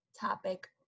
topic